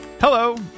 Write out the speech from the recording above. Hello